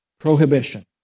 Prohibition